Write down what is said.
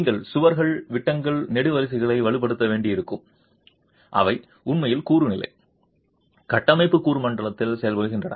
நீங்கள் சுவர்கள் விட்டங்கள் நெடுவரிசைகளை வலுப்படுத்த வேண்டியிருக்கும் அவை உண்மையில் கூறு நிலை கட்டமைப்பு கூறு மட்டத்தில் செயல்படுகின்றன